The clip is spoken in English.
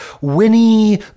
Winnie